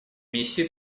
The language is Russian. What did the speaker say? миссии